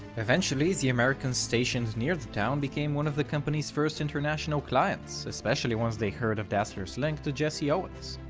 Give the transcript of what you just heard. eventually, the americans stationed near the town became one of the company's first international clients, especially once they heard of dassler's link to jesse owens.